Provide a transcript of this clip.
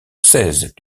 seize